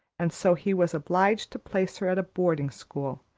and so he was obliged to place her at a boarding-school,